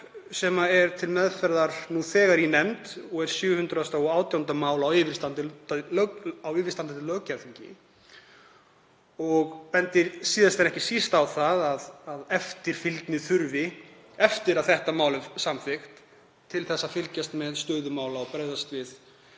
sem er nú til meðferðar í nefnd og er 718. mál á yfirstandandi löggjafarþingi og bendir síðast en ekki síst á að eftirfylgni þurfi eftir að þetta mál er samþykkt til að fylgjast með stöðu mála og bregðast við